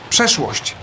Przeszłość